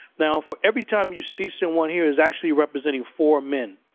now, for every time you see someone here, it's actually representing four men.